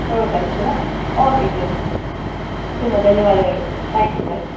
ನೋಡಿ ಕಳಿಸ್ತೀರಾ okay sir ತುಂಬ ಧನ್ಯವಾದಗಳು ಥ್ಯಾಂಕ್ ಯು ಸರ್